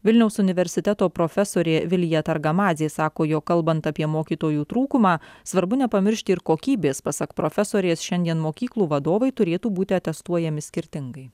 vilniaus universiteto profesorė vilija targamadzė sako jog kalbant apie mokytojų trūkumą svarbu nepamiršti ir kokybės pasak profesorės šiandien mokyklų vadovai turėtų būti testuojami skirtingai